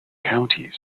counties